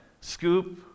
scoop